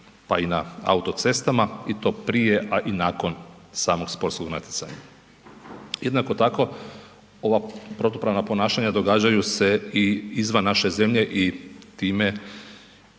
pa i na autocestama i to prije, a i nakon samog sportskog natjecanja. Jednako tako ova protupravna ponašanja događaju se i izvan naše zemlje i time